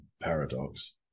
paradox